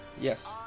Yes